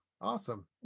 Awesome